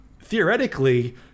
theoretically